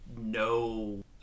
no